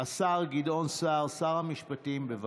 השר גדעון סער, שר המשפטים, בבקשה.